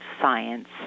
science